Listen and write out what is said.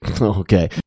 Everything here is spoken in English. Okay